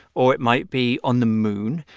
or it might be on the moon.